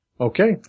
Okay